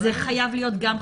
זה חייב להיות גם חקיקה,